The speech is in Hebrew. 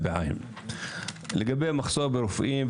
לגבי מחסור ברופאים,